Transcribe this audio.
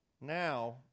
Now